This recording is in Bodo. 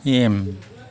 एम